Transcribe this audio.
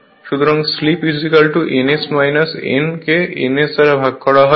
সুতরাং slip n S n কে n S দ্বারা ভাগ করা হয়